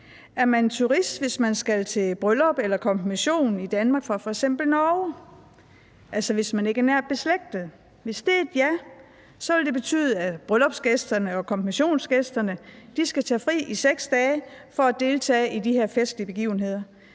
Er man turist, hvis man skal til bryllup eller konfirmation i Danmark og kommer fra f.eks. Norge – altså hvis man ikke er nært beslægtet? Hvis svaret er ja, vil det betyde, at bryllupsgæsterne og konfirmationsgæsterne skal tage fri 6 dage for at deltage i de her festlige begivenheder.